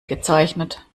gezeichnet